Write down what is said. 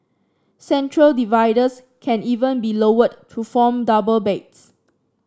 central dividers can even be lowered to form double beds